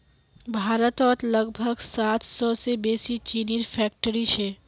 भारतत लगभग सात सौ से बेसि चीनीर फैक्ट्रि छे